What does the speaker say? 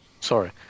sorry